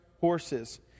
horses